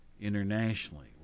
internationally